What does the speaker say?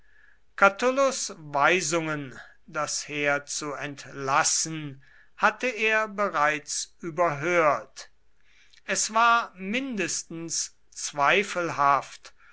catulus weisungen das heer zu entlassen hatte er bereits überhört es war mindestens zweifelhaft